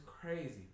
crazy